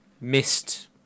missed